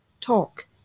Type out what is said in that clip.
talk